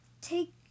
Take